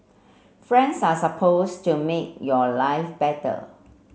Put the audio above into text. friends are supposed to make your life better